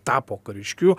tapo kariškiu